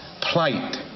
plight